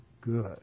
good